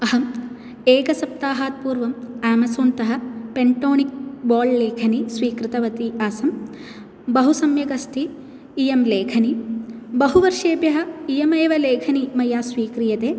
अहम् एकसप्ताहात् पूर्वम् अमेज़ोनतः पेण्टोनिक् बोल् लेखनीं स्वीकृतवती आसम् बहुसम्यक् अस्ति इयं लेखनी बहुवर्षेभ्यः इयमेव लेखनी मया स्वीक्रियते